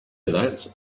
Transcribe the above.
that